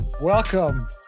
Welcome